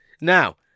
Now